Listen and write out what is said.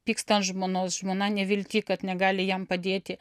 pyksta ant žmonos žmona nevilty kad negali jam padėti